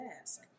ask